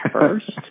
first